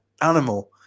animal